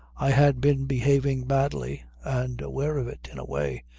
i had been behaving badly and aware of it in a way,